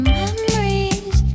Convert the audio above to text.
memories